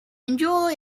enjoy